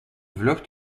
vlucht